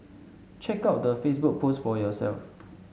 check out the Facebook post for yourself